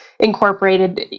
incorporated